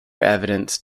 evidence